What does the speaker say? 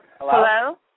Hello